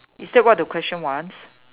is that what the question wants